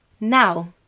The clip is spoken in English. Now